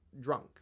drunk